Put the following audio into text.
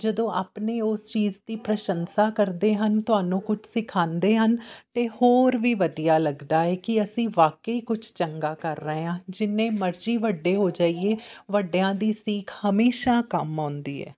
ਜਦੋਂ ਆਪਣੇ ਉਸ ਚੀਜ਼ ਦੀ ਪ੍ਰਸ਼ੰਸਾ ਕਰਦੇ ਹਨ ਤੁਹਾਨੂੰ ਕੁਛ ਸਿਖਾਉਂਦੇ ਹਨ ਤਾਂ ਹੋਰ ਵੀ ਵਧੀਆ ਲੱਗਦਾ ਹੈ ਕਿ ਅਸੀਂ ਵਾਕਈ ਕੁਛ ਚੰਗਾ ਕਰ ਰਹੇ ਹਾਂ ਜਿੰਨੇ ਮਰਜ਼ੀ ਵੱਡੇ ਹੋ ਜਾਈਏ ਵੱਡਿਆਂ ਦੀ ਸੀਖ ਹਮੇਸ਼ਾ ਕੰਮ ਆਉਂਦੀ ਹੈ